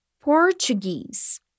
Portuguese